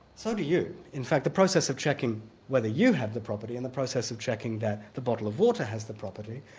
so do you. in fact the process of checking whether you have the property, and the process of checking that the bottle of water has the property,